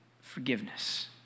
forgiveness